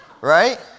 Right